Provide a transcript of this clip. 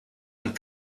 and